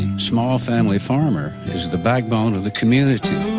small family farmer is the backbone of the community